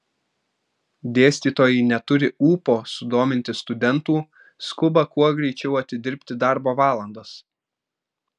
dėstytojai neturi ūpo sudominti studentų skuba kuo greičiau atidirbti darbo valandas